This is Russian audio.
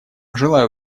желаю